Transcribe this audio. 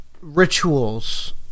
rituals